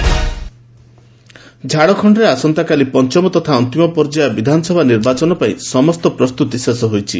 Jharkhand election ଝାଡ଼ଖଣ୍ଡରେ ଆସନ୍ତାକାଲି ପଞ୍ଚମ ତଥା ଅନ୍ତିମ ପର୍ଯ୍ୟାୟ ବିଧାନସଭା ନିର୍ବାଚନ ପାଇଁ ସମସ୍ତ ପ୍ରସ୍ତୁତି ଶେଷ ହୋଇଛି